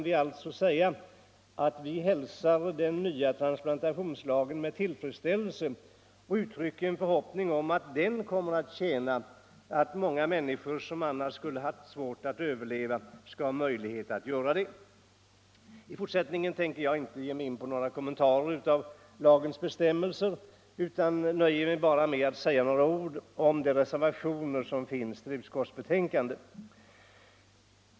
Vi hälsar tillkomsten av den nya transplantationslagen med tillfredsställelse och uttrycker en förhoppning om att den kommer att ge många människor, som annars skulle haft svårt att kunna leva vidare, möjligheter till ett fortsatt liv. I fortsättningen tänker jag inte ge mig in på några kommentarer av lagens bestämmelser utan nöjer mig med att säga några ord om de reservationer som har fogats till utskottsbetänkandet.